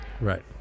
right